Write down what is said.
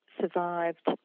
survived